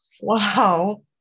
Wow